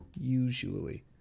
usually